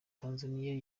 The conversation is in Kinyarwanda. tanzaniya